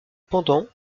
pendant